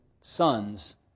sons